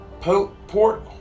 Port